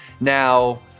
Now